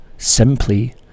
simply